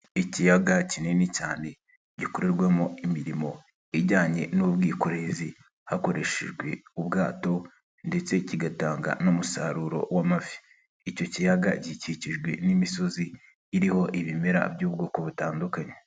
Ikiyaga kinini cyane gikorerwamo imirimo ijyanye n'ubwikorezi hakoreshejwe ubwato ndetse kigatanga n'umusaruro w'amafi, icyo kiyaga gikikijwe n'imisozi iriho ibimera by'ubwoko butandukanye.